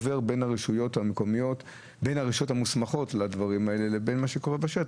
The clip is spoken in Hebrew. הרשויות המוסמכות לבין מה שקורה בשטח.